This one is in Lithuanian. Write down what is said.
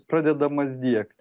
pradedamas diegti